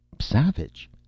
Savage